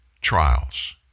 trials